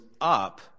up